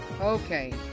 okay